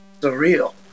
surreal